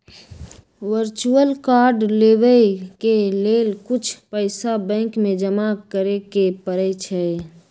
virtual card लेबेय के लेल कुछ पइसा बैंक में जमा करेके परै छै